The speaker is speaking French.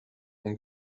mon